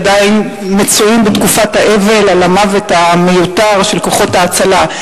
ועדיין מצויים בתקופת האבל על המוות המיותר של כוחות ההצלה.